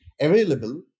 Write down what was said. available